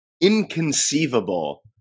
inconceivable